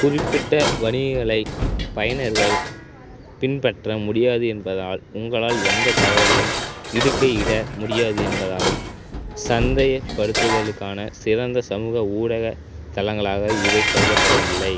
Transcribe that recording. குறிப்பிட்ட வணிகங்களைப் பயனர்கள் பின்பற்ற முடியாது என்பதால் உங்களால் எந்தத் தகவலையும் இடுகையிட முடியாது என்பதாலும் சந்தைப்படுத்துதலுக்கான சிறந்த சமூக ஊடகத் தளங்களாக இவை கருதப்படவில்லை